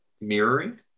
Mirroring